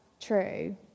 true